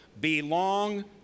belong